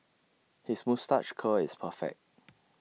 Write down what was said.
his moustache curl is perfect